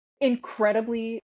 incredibly